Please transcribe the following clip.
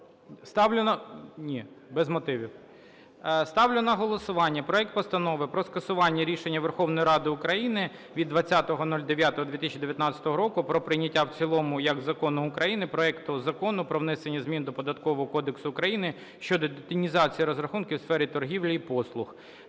Ставлю на голосування проект Постанови про скасування рішення Верховної Ради України від 20.09.2019 року про прийняття в цілому як закону України проекту Закону про внесення змін до Податкового кодексу України щодо детінізації розрахунків в сфері торгівлі і послуг